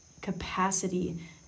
capacity